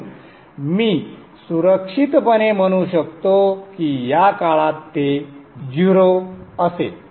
म्हणून मी सुरक्षितपणे म्हणू शकतो की या काळात ते 0 असेल